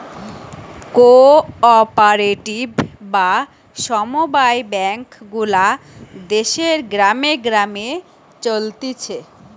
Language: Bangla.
কো অপারেটিভ বা সমব্যায় ব্যাঙ্ক গুলা দেশের গ্রামে গ্রামে চলতিছে